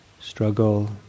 struggle